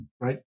right